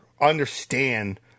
understand